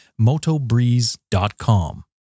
Motobreeze.com